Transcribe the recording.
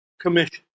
commission